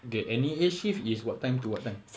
okay N_E_A shift is what time to what time